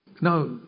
now